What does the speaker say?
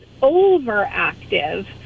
overactive